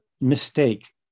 mistake